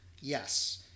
yes